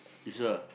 you sure